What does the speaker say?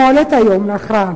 המועלית היום להכרעה.